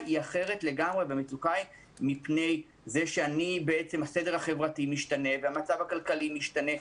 אחרת לגמרי והיא בגלל שהסדר החברתי משתנה והמצב הכלכלי משתנה.